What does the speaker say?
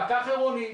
פקח עירוני,